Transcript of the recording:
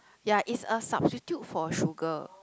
ya it's a substitute for sugar